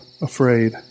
afraid